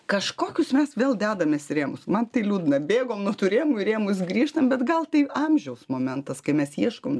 kažkokius mes vėl dedamės rėmus man tai liūdna bėgom nuo tų rėmų į rėmus grįžtam bet gal tai amžiaus momentas kai mes ieškom